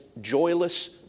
joyless